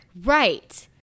Right